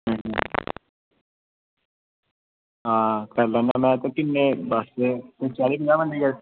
आं बस्स च किन्ने कोई चाली पंजाह् बंदे